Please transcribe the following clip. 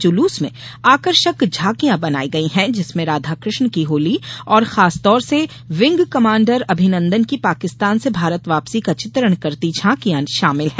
जुलूस में आकर्षक झांकियां बनायी गयी है जिसमें राधा कृष्ण की होली और खास तौर से विंग कमांडर अभिनंदन की पाकिस्तान से भारत वापसी का चित्रण करती झांकियां शामिल है